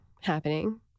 happening